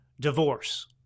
divorce